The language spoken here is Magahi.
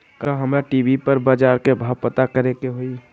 का हमरा टी.वी पर बजार के भाव पता करे के होई?